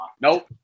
Nope